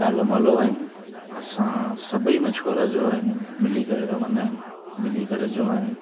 छालो मालो आहिनि असां सभई मछूआरा जो आहिनि मिली करे रहंदा आहिनि मिली करे जो आहिनि